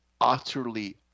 utterly